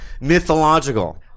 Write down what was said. Mythological